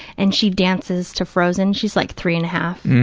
and she dances to frozen. she's like three and a half,